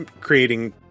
creating